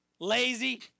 lazy